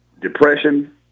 depression